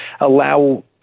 allow